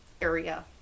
area